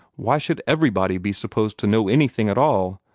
why should everybody be supposed to know anything at all?